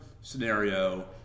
scenario